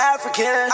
African